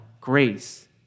grace